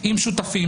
עם שותפים,